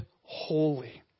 holy